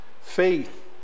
faith